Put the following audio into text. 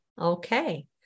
Okay